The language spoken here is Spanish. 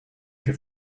que